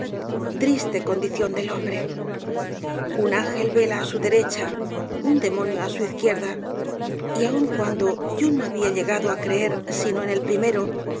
triste condición la del hombre un ángel vela á su derecha un demonio á su izquierda y aun cuando yo no había llegado á creer sino en el primero